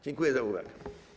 Dziękuję za uwagę.